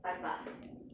five plus